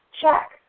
check